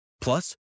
Plus